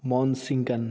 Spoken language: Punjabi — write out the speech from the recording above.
ਮੋਨਸੀਕਨ